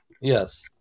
yes